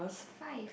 five